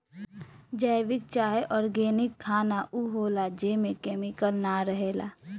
जैविक चाहे ऑर्गेनिक खाना उ होला जेमे केमिकल ना रहेला